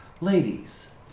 Ladies